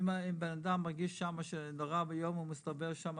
ואם בן אדם מרגיש שם נורא ואיום, הוא מסתובב שם